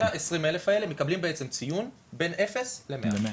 כל 20,000 האלה מקבלים ציון בין אפס ל-100.